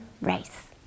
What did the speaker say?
race